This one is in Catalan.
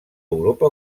europa